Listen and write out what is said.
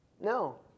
No